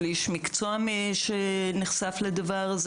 של איש מקצוע שנחשף לדבר שהוא עבר,